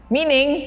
Meaning